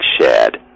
shared